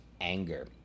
anger